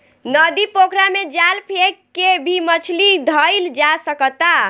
नदी, पोखरा में जाल फेक के भी मछली धइल जा सकता